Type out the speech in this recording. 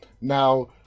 Now